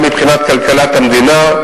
גם מבחינת כלכלת המדינה,